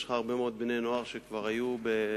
יש לך הרבה מאוד בני-נוער שכבר היו בניו-יורק,